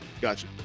Gotcha